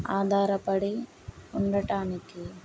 ఆధారపడి ఉండటానికి